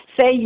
say